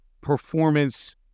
performance